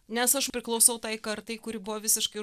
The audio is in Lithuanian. nes aš priklausau tai kartai kuri buvo visiškai